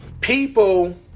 people